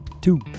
Two